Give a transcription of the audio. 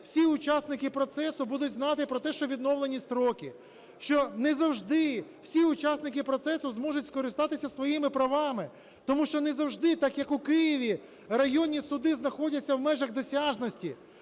всі учасники процесу будуть знати про те, що відновлені строки, що не завжди всі учасники процесу зможуть скористатися своїми правами, тому що не завжди так, як у Києві, районні суди знаходяться в межах досяжності.